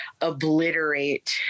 obliterate